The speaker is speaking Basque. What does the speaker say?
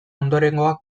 ondorengoak